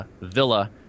villa